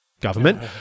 Government